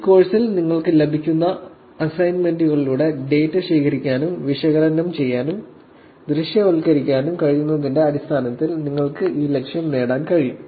ഈ കോഴ്സിൽ നിങ്ങൾക്ക് ലഭിക്കുന്ന അസൈൻമെന്റുകളിലൂടെ ഡാറ്റ ശേഖരിക്കാനും വിശകലനം ചെയ്യാനും ദൃശ്യവൽക്കരിക്കാനും കഴിയുന്നതിന്റെ അടിസ്ഥാനത്തിൽ നിങ്ങൾക്കു ഈ ലക്ഷ്യം നേടാൻ കഴിയും